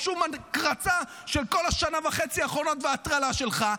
או שום הקרצה של כל השנה וחצי האחרונות וההטרלה שלך.